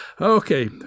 Okay